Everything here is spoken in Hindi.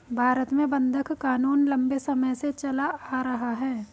भारत में बंधक क़ानून लम्बे समय से चला आ रहा है